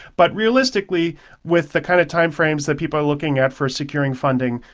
but realistically with the kind of timeframes that people are looking at for securing funding,